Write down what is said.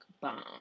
bomb